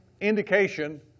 indication